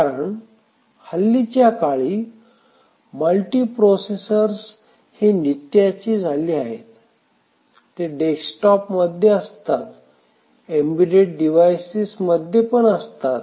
कारण हल्लीच्या काळी मल्टी प्रोसेसर्स हे नित्याचे झाले आहेत ते डेस्कटॉप मध्ये असतात एम्बेडेड डिव्हाइस मध्ये पण असतात